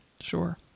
sure